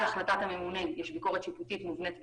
על החלטת הממונה יש ביקורת שיפוטית מובנית בחוק.